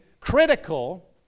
critical